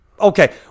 Okay